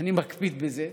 אני מקפיד בזה,